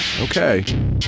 Okay